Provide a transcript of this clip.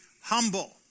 humble